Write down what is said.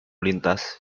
lintas